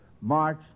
March